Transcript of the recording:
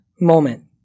moment